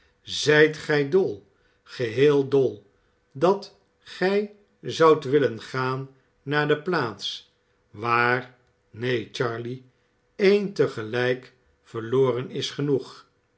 zijt gij dol geheel dol dat gij zoudt willen gaan naar de plaats waar neen charley één te gelijk verloren is genoeg